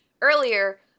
earlier